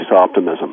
optimism